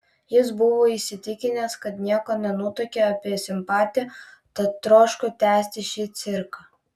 jis buvo įsitikinęs kad nieko nenutuokiu apie simpatiją tad troško tęsti šį cirką